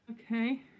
Okay